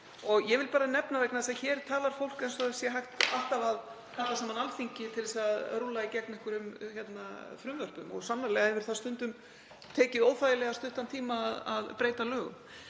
Og ég vil bara nefna það, vegna þess að hér talar fólk eins og alltaf sé hægt að kalla saman Alþingi til að rúlla í gegn einhverjum frumvörpum og sannarlega hefur það stundum tekið óþægilega stuttan tíma að breyta lögum,